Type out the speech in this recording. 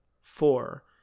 four